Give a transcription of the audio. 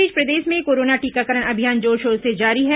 इस बीच प्रदेश में कोरोना टीकाकरण अभियान जोरशोर से जारी है